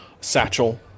satchel